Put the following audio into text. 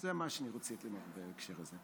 זה מה שרציתי לומר בהקשר זה.